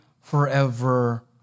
forever